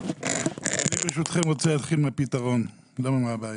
אני ברשותכם רוצה להתחיל מהפתרון, לא מהבעיה.